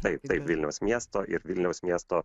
taip taip vilniaus miesto ir vilniaus miesto